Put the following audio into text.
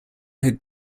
had